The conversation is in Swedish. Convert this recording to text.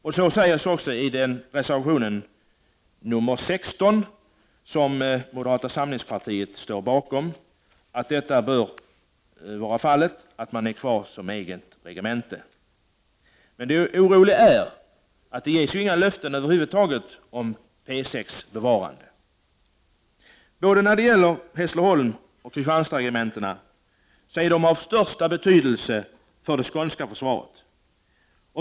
Det framhålls också i reservation 16, som moderata samlingspartiet står bakom, att man bör bevara P 6 som regemente. Det oroande är att det inte ges några löften över huvud taget om P6:s bevarande. Hässleholmsoch Kristianstadsregementena är av största betydelse för det skånska försvaret.